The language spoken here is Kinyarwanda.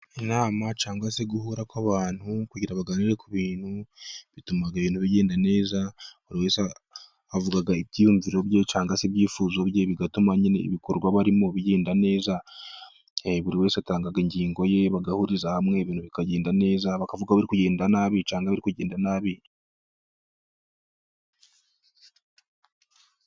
Inama cyangwa se guhura kw'abantu, kugira baganire ku bintu bituma ibintu bigenda neza, buri wese avuga ibyiyumviro bye cyangwa se ibyifuzo bye, bigatuma nyine ibikorwa barimo bigenda neza, buri wese atanga ingingo ye, bagahuriza hamwe, ibintu bikagenda neza, bakavuga aho biri kugenda nabi.